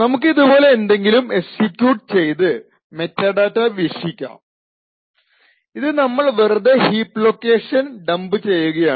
നമുക്ക് ഇതുപോലെ എന്തെങ്കിലും എക്സിക്യൂട്ട് ചെയ്ത് മെറ്റാഡാറ്റ വീക്ഷിക്കാം ഇത് നമ്മൾ വെറുതെ heap location heap location dump ചെയ്യുകയാണ്